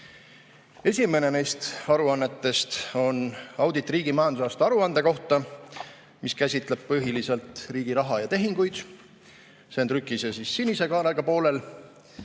Esimene aruanne on audit riigi majandusaasta aruande kohta, mis käsitleb põhiliselt riigi raha ja tehinguid. See on trükise sinise kaanega poolel.